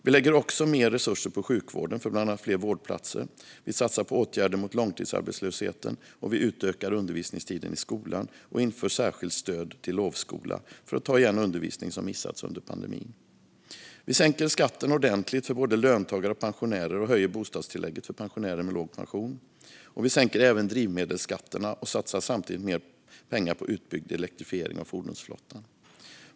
Vi lägger också mer resurser på sjukvården för bland annat fler vårdplatser, vi satsar på åtgärder mot långtidsarbetslösheten och vi utökar undervisningstiden i skolan och inför särskilt stöd till lovskola för att ta igen undervisning som missats under pandemin. Vi sänker skatten ordentligt för både löntagare och pensionärer och höjer bostadstillägget för pensionärer med låg pension. Vi sänker även drivmedelsskatterna och satsar samtidigt mer pengar på utbyggd elektrifiering av fordonsflottan.